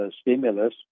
stimulus